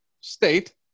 State